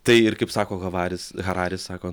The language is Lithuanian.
tai ir kaip sako havaris hararis sako nu